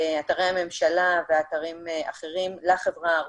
אתרי הממשלה ואתרים אחרים, לחברה הערבית.